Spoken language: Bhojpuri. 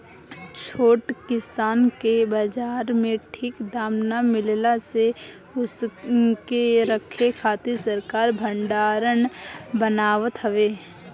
छोट किसान के बाजार में ठीक दाम ना मिलला से उनके रखे खातिर सरकार भडारण बनावत हवे